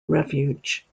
refuge